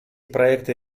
проекты